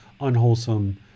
unwholesome